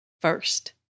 first